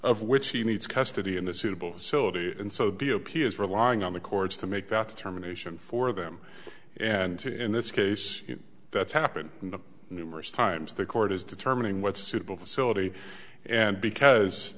of which he needs custody in a suitable silty and so the o p is relying on the courts to make that determination for them and to in this case that's happened numerous times the court is determining what's a suitable facility and because